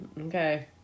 Okay